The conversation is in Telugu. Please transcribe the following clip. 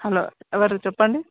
హలో ఎవరు చెప్పండి